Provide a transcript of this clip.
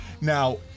Now